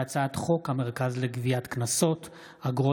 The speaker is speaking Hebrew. מאת חברי הכנסת עודד